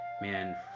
man